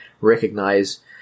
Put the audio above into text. recognize